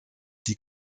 die